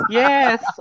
yes